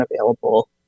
available